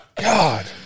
god